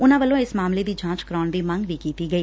ਉਨੂਾਂ ਵੱਲੋਂ ਇਸ ਮਾਮਲੇ ਦੀ ਜਾਂਚ ਕਰਾਉਣ ਦੀ ਮੰਗ ਵੀ ਕੀਤੀ ਗਈ